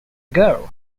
girl